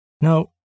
no